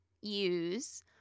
use